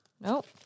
Nope